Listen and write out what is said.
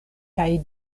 kaj